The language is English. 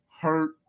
hurt